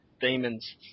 demons